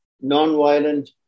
non-violent